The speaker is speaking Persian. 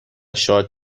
شاد